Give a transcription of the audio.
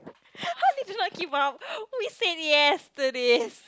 how did you do not keep up we said yes to this